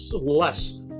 less